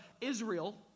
Israel